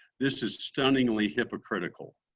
this is stunningly hypocritical.